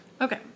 Okay